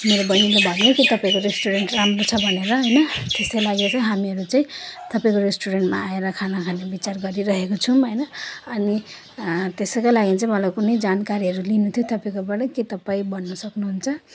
मेरो बहिनीले भन्यो कि तपाईँको रेस्टुरेन्ट राम्रो छ भनेर होइन त्यस्तै लागेर चाहिँ हामीहरू तपाईँको रेस्टुरेन्टमा आएर खाना खाने विचार गरिरहेको छौँ होइन अनि त्यसैको लागि चाहिँ मलाई कुनै जानकारीहरू लिनु थियो तपाईँकोबाट के तपाईँ भन्न सक्नुहुन्छ